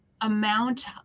amount